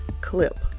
clip